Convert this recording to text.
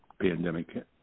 pandemic